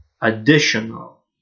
additional